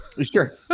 Sure